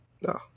No